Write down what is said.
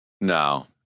No